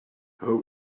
our